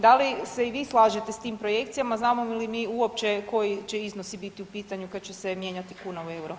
Da li se i vi slažete s tim projekcijama, znamo li mi uopće koji će iznosi biti u pitanju kad će se mijenjati kuna u euro?